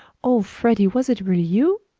oh, freddie, was it really you?